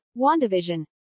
WandaVision